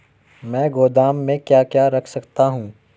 मैं गोदाम में क्या क्या रख सकता हूँ?